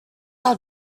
our